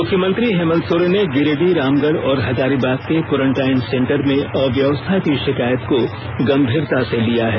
मुख्यमंत्री हेमंत सोरेन ने गिरिडीह रामगढ़ और हजारीबाग के कोरंटाइन सेंटर में अव्यवस्था की शिकायत को गंभीरता से लिया है